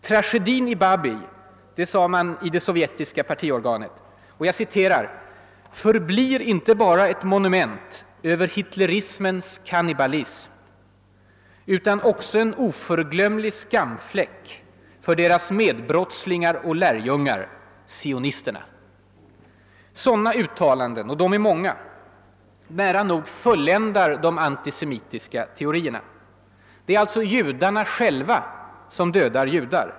»Tragedin i Babij», sade man i det sovjetiska partiorganet, »förblir inte bara ett monument över hitlerismens kannibalism, utan också en oförglömlig skamfläck för deras medbrottslingar och lärjungar — sionisterna.» Sådana uttalanden, och de är många, nära nog fulländar de antisemitiska teorierna. Det är alltså judarna som själva dödar judar.